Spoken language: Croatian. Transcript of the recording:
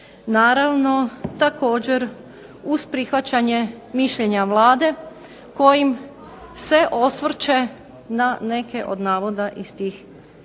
naravno također uz prihvaćanje mišljenja Vlade kojim se osvrće na neke od navoda iz toga izvješća.